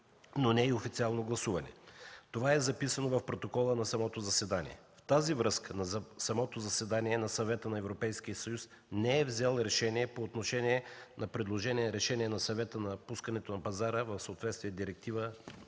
но не и официално гласуване. Това е записано в протокола на самото заседание. В тази връзка на самото заседание Съветът на Европейския съюз не е взел решение по отношение на предложено решение на Съвета за пускането на пазара, в съответствие Директива